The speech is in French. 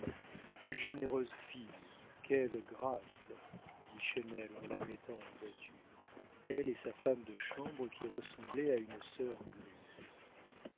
généreuse fille quelle grâce dit chesnel en la mettant en voiture elle et sa femme de chambre qui ressemblait à une sœur grise